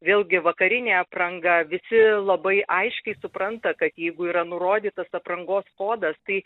vėlgi vakarinė apranga visi labai aiškiai supranta kad jeigu yra nurodytas aprangos kodas tai